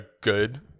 good